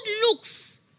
looks